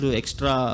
extra